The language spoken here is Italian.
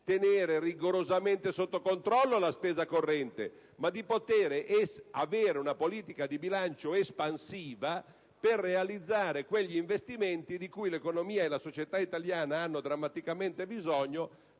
tenere rigorosamente sotto controllo la spesa corrente, ma di avere una politica di bilancio espansiva per realizzare quegli investimenti di cui l'economia e la società italiana hanno drammaticamente bisogno